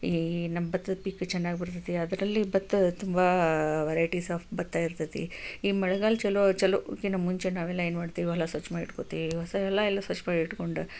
ಈ ನಮ್ಮ ಭತ್ತದ ಪೀಕು ಚೆನ್ನಾಗಿ ಬರ್ತೈತಿ ಅದರಲ್ಲಿ ಭತ್ತ ತುಂಬ ವೆರೈಟಿಸ್ ಆಫ್ ಭತ್ತ ಇರ್ತೈತಿ ಈ ಮಳೆಗಾಲ ಚಲೊ ಚಾಲೂ ಆಗೋಕ್ಕಿಂತ ಮುಂಚೆ ನಾವೆಲ್ಲ ಏನು ಮಾಡ್ತೀವಿ ಹೊಲ ಸ್ವಚ್ಛ ಮಾಡಿಟ್ಕೋತೀವಿ ಹೊಸ ಹೊಲ ಎಲ್ಲ ಸ್ವಚ್ಚ ಮಾಡಿಟ್ಕೊಂಡು